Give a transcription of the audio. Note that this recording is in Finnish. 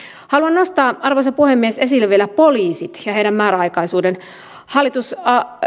haluan nostaa arvoisa puhemies esille vielä poliisit ja heidän määräaikaisuutensa hallitus